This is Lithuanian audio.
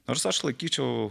nors aš laikyčiau